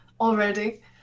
already